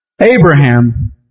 Abraham